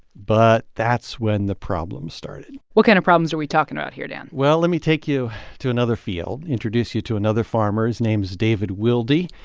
but that's when the problems started what kind of problems are we talking about here, dan? well, let me take you to another field, introduce you to another farmer. his name is david wildy